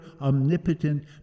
omnipotent